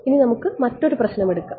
ഇനി നമുക്ക് മറ്റൊരു പ്രശ്നം എടുക്കാം